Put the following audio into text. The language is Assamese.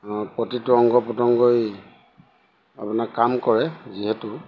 প্ৰতিটো অংগ পতংগই আপোনাক কাম কৰে যিহেতু